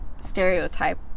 stereotype